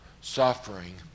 suffering